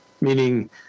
Meaning